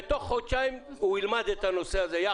ותוך חודשיים הוא ילמד את הנושא הזה יחד.